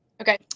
Okay